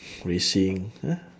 racing !huh!